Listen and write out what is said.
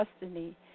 destiny